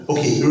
Okay